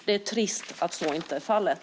Det är trist att så inte är fallet.